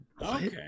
Okay